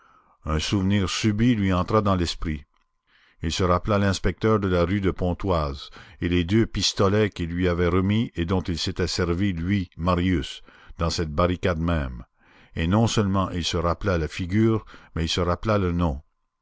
un souvenir subit lui entra dans l'esprit il se rappela l'inspecteur de la rue de pontoise et les deux pistolets qu'il lui avait remis et dont il s'était servi lui marius dans cette barricade même et non seulement il se rappela la figure mais il se rappela le nom